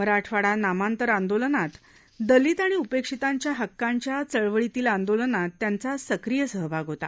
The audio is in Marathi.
मराठवाडा नामांतर आंदोलनात दलित आणि उपेक्षितांच्या हक्कांच्या चळवळत्त्वि आंदोलनात त्यांचा सक्रिय सहभाग होता